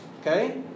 okay